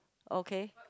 okay